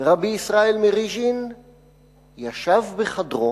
רבי ישראל מרוז'ין ישב בחדרו,